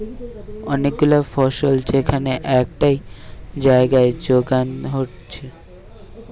অনেক গুলা ফসল যেখান একটাই জাগায় যোগান হয়টে